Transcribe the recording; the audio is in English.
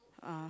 uh